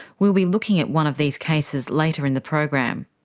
we'll be looking at one of these cases later in the program.